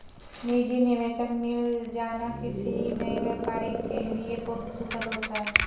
निजी निवेशक मिल जाना किसी नए व्यापारी के लिए बहुत सुखद होता है